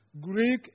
Greek